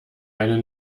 eine